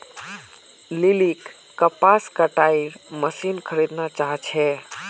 लिलीक कपास कटाईर मशीन खरीदना चाहा छे